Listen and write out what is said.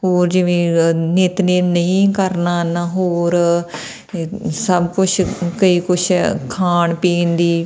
ਹੋਰ ਜਿਵੇਂ ਅ ਨਿਤਨੇਮ ਨਹੀਂ ਕਰਨਾ ਇਹਨਾਂ ਹੋਰ ਸਭ ਕੁਛ ਕਈ ਕੁਛ ਖਾਣ ਪੀਣ ਦੀ